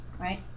right